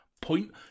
point